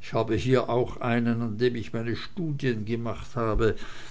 ich habe hier auch einen an dem ich meine studien gemacht habe